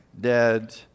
dead